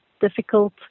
difficult